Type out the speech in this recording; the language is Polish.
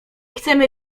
chcemy